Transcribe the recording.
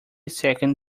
second